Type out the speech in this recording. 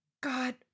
God